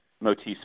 motifs